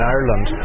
Ireland